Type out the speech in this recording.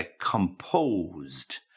composed